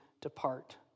depart